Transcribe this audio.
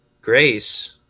grace